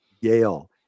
yale